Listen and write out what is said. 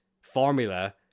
formula